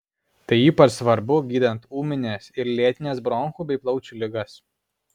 tai ypač svarbu gydant ūmines ir lėtines bronchų bei plaučių ligas